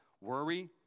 worry